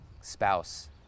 spouse